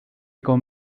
con